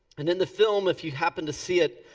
and in the film, if you happen to see it,